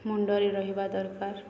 ମୁଣ୍ଡରେ ରହିବା ଦରକାର